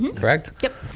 correct? yep.